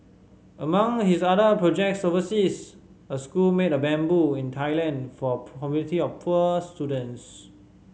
among his other projects overseas a school made of bamboo in Thailand for a community of poor students